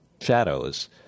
shadows